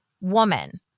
woman